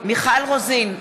מיכל רוזין,